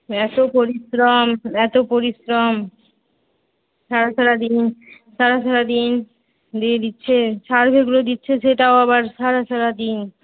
এত পরিশ্রম এত পরিশ্রম সারা সারা দিনই সারা সারা দিন দিয়ে দিচ্ছে সার্ভেগুলো দিচ্ছে সেটাও আবার সারা সারা দিন